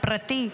הפרטי,